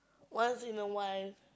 once in a while